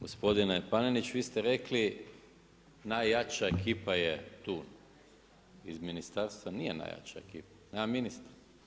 Gospodine Panenić, vi ste rekli, najjača ekipa je tu iz ministarstva, nije najjača ekipa, nema ministra.